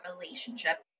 relationship